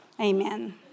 Amen